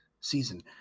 season